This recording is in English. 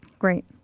Great